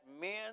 men